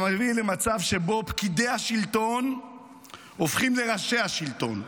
אנחנו נמצאים במצב שבו פקידי השלטון הופכים לראשי השלטון.